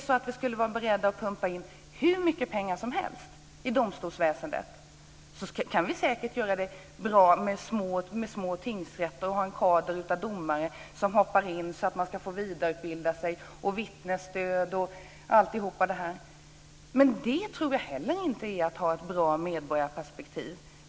Om vi är beredda att pumpa in hur mycket pengar som helst i domstolsväsendet kan vi säkert göra det bra på de små tingsrätterna och ha en kader av domare som kan avlösa varandra för att de ska få vidareutbilda sig. Det gäller också vittnesstöd och annat. Men då har man inte heller ett bra medborgarperspektiv.